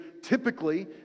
typically